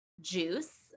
juice